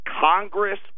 Congress